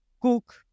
cook